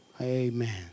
amen